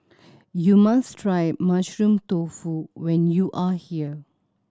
you must try Mushroom Tofu when you are here